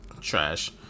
Trash